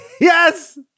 Yes